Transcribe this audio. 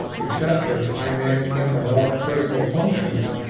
etc, time management, are all critical functions.